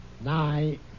nine